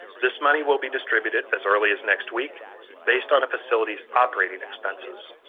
this money will be distributed as early as next week based on a facility's operating expenses.